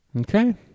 Okay